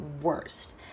worst